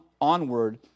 onward